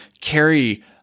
carry